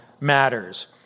matters